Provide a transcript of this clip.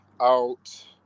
out –